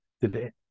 today